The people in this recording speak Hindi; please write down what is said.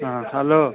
हाँ हेलो